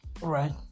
right